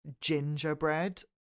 gingerbread